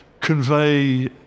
convey